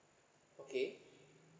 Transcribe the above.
okay